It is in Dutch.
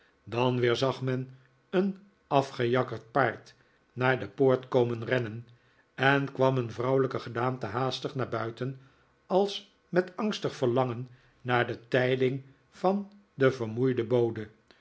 dan weer zag men een afgejakkerd paard naar de poort komen rennen en kwam een vrouwelijke gedaante haastig naar buiten als met angstig verlangen naar de tijding van den vermoeiden bode